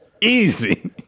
easy